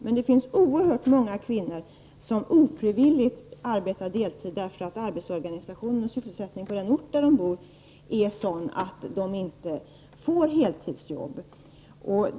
Men det finns oerhört många kvinnor som ofrivilligt arbetar deltid, eftersom arbetsorganisationen och sysselsättningen på den ort där de bor är sådan att de inte får heltidsarbete.